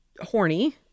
horny